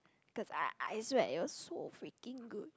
cause I I swear it was so freaking good